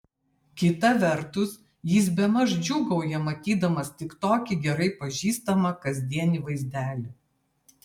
kita vertus jis bemaž džiūgauja matydamas tik tokį gerai pažįstamą kasdienį vaizdelį